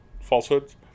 falsehoods